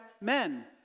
men